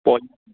पोइ